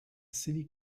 city